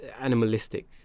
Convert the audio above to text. animalistic